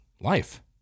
life